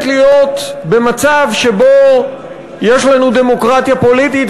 להיות במצב שבו יש לנו דמוקרטיה פוליטית,